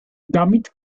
damit